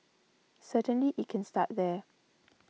certainly it can start there